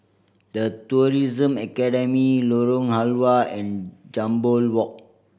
The Tourism Academy Lorong Halwa and Jambol Walk